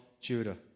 Judah